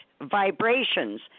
vibrations